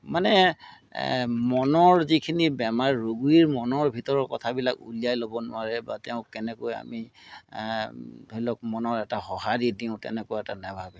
মানে মনৰ যিখিনি বেমাৰ ৰোগীৰ মনৰ ভিতৰৰ কথাবিলাক উলিয়াই ল'ব নোৱাৰে বা তেওঁক কেনেকৈ আমি ধৰি লওক মনৰ এটা সহাৰি দিওঁ তেনেকুৱা এটা নেভাবে